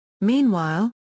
Meanwhile